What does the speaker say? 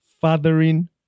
fathering